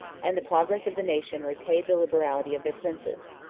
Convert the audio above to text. and the progress of the nation repaid the liberality of their princes.